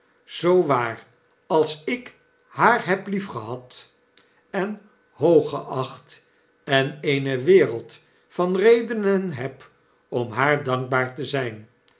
zoo waar als ik haar heb liefgehad en hooggeacht en eene wereld van redenen heb om haar dankbaar te zgn